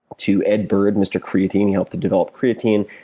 to ed bird, mr. creatine. he helped to develop creatine.